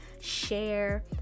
Share